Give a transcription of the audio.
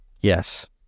Yes